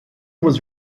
was